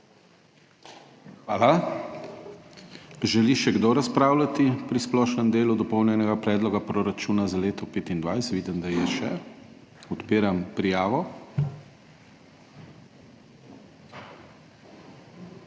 Hvala. Želi še kdo razpravljati pri splošnem delu dopolnjenega predloga proračuna za leto 2025? Vidim, da je še [interes]. Odpiram prijavo.